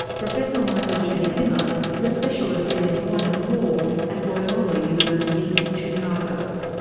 professor michael j zimmer is a specialist in employment law at loyola university in chicago.